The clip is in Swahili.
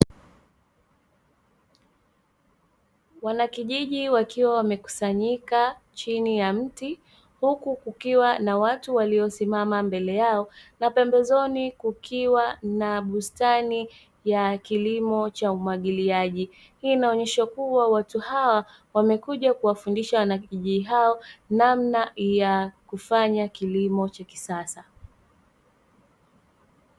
Wanakijiji wakiwa wamekusanyika chini ya mti, huku kukiwa na watu waliosimama mbele yao, na pembezoni kukiwa na bustani ya kilimo cha umwagiliaji. Hii imeonyesha kuwa watu hawa wamekuja kuwafundisha wana kijiji hao namna ya kufanya kilimo cha kisasa.